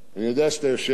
אני יודע שאתה יושב פה.